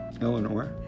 Eleanor